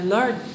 Lord